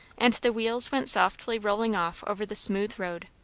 and the wheels went softly rolling off over the smooth road.